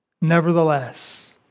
Nevertheless